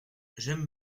j’aime